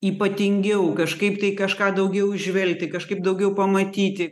ypatingiau kažkaip tai kažką daugiau įžvelgti kažkaip daugiau pamatyti